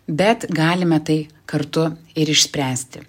bet galime tai kartu ir išspręsti